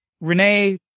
Renee